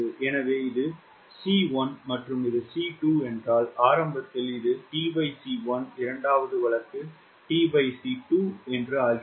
எனவே இது c1 மற்றும் இது c2 என்றால் ஆரம்பத்தில் இது tc 1 இரண்டாவது வழக்கு tc 2 ஆகிறது